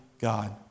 God